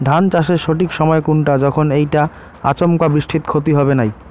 ধান চাষের সঠিক সময় কুনটা যখন এইটা আচমকা বৃষ্টিত ক্ষতি হবে নাই?